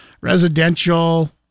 residential